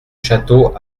château